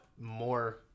more